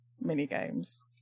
mini-games